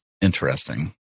Interesting